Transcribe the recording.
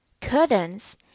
curtains